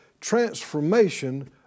transformation